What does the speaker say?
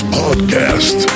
podcast